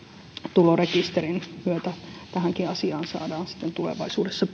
tulorekisterin myötä tähänkin asiaan saadaan sitten tulevaisuudessa